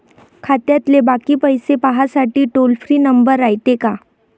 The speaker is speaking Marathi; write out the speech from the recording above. खात्यातले बाकी पैसे पाहासाठी टोल फ्री नंबर रायते का?